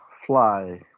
Fly